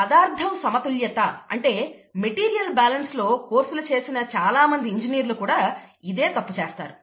పదార్థం సమతుల్యత అంటే మెటీరియల్ బ్యాలెన్స్ లో కోర్సులు చేసిన చాలామంది ఇంజనీర్లు కూడా ఇదే తప్పు చేస్తారు